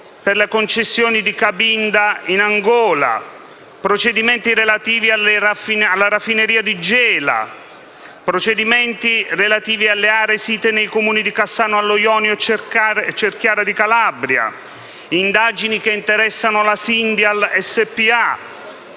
per la concessione di Cabinda in Angola; vi sono poi i procedimenti relativi alla raffineria di Gela, i procedimenti relativi alle aree site nei Comuni di Cassano allo Ionio e Cerchiara di Calabria, le indagini che interessano la Syndial SpA